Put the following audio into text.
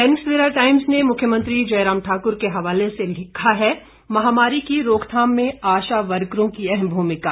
दैनिक Savera Times ने मुख्यमंत्री जयराम ठाकुर के हवाले से लिखा है महामारी की रोकथाम में आशा वर्करों की अहम भूमिका